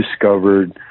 discovered